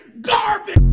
garbage